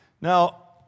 Now